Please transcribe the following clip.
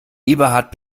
eberhard